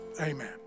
amen